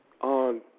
on